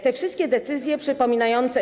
Te wszystkie decyzje przypominające.